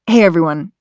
hey, everyone.